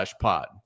pod